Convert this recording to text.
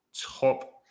Top